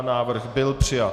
Návrh byl přijat.